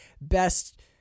best